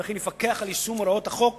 וכן יפקח על יישום הוראות החוק